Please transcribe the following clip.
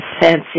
fancy